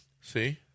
See